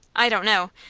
i don't know.